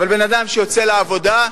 אבל בן-אדם שיוצא לעבודה,